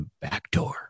backdoor